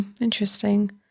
Interesting